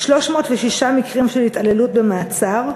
306 מקרים של התעללות במעצר,